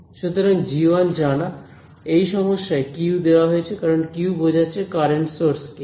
সুতরাং g1 জানা এই সমস্যায় Q দেওয়া হয়েছে কারণ Q বোঝাচ্ছে কারেন্ট সোর্স কে